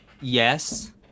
yes